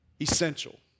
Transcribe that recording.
essential